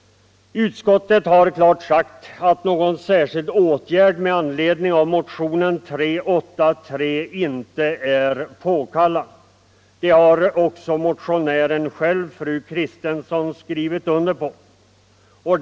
Utskottet har klart sagt att någon särskild åtgärd med anledning av motionen 383 inte är påkallad. Det har också motionären själv, fru Kristensson, skrivit under på.